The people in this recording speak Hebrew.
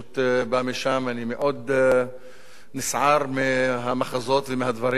ואני מאוד נסער מהמחזות ומהדברים שאמרו האנשים,